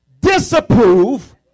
disapprove